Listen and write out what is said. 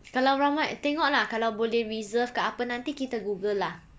kalau ramai tengok lah kalau boleh reserve ke apa nanti kita Google lah